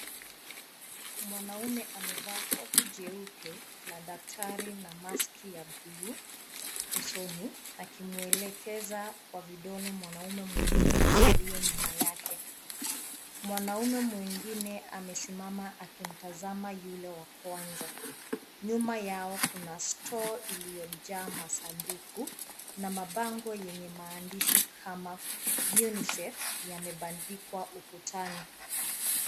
Mwanaume amevaa koti jeupe la daktari na maski ya buluu usoni, akimwelekezea kwa vidole mwanaume mwingine aliiye nyuma yake, mwanume mwingine amesimama akimtazama yule wa kwanza nyuma yao kuna stoo iliyo jaa masanduku na mabango yenye maandishi kama UNICEF yamebandikwa ukatani.